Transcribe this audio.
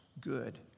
good